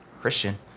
Christian